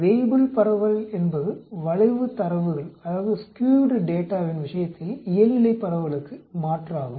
Weibull பரவல் என்பது வளைவு தரவுகளின் விஷயத்தில் இயல்நிலைப் பரவலுக்கு மாற்றாகும்